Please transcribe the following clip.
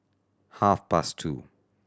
half past two